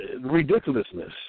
ridiculousness